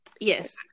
yes